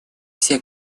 все